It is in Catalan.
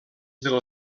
del